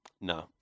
no